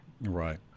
Right